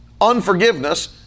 unforgiveness